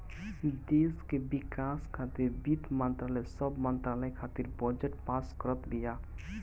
देस के विकास खातिर वित्त मंत्रालय सब मंत्रालय खातिर बजट पास करत बिया